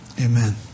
Amen